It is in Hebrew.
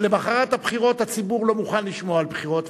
למחרת הבחירות הציבור לא מוכן לשמוע על בחירות,